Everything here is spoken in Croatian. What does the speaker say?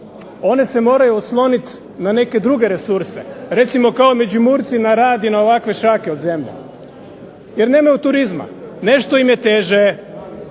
one se moraju osloniti na neke druge resurse, recimo kao Međimurci na rad i na ovakve šljake od zemlje jer nemaju turizma. Nešto im je teže,